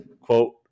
quote